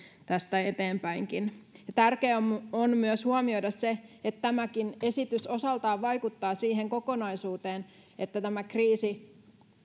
tästä eteenpäinkin tärkeää on on myös huomioida se että tämäkin esitys osaltaan vaikuttaa siihen kokonaisuuteen että tämä kriisi